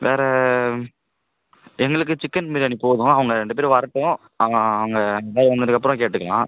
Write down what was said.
வேற எங்களுக்கு சிக்கன் பிரியாணி போதும் அவங்க ரெண்டு பேரும் வரட்டும் அவங்க வந்ததுக்கப்பறம் கேட்டுக்கலாம்